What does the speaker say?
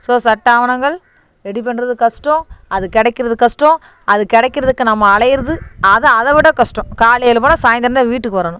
so சட்ட ஆவணங்கள் ready பண்ணுறது கஷ்டம் அது கிடைக்கிறது கஷ்டம் அது கிடைக்கிறதுக்கு நம்ம அலையிறது அது அதை விட கஷ்டம் காலையில் போனால் சாயந்தரந்தான் வீட்டுக்கு வரணும்